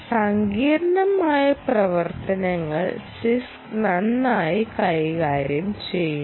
സങ്കീർണ്ണമായ പ്രവർത്തനങ്ങൾ CISC നന്നായി കൈകാര്യം ചെയ്യുന്നു